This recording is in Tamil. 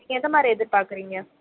எந்த மாதிரி எதிர்பார்க்கிறீங்க